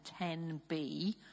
10b